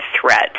threat